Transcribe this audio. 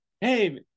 hey